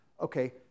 Okay